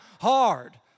hard